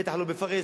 בטח לא בפרהסיה.